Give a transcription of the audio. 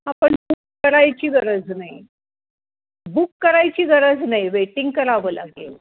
हां पण बुक करायची गरज नाही बुक करायची गरज नाही वेटिंग करावं लागेल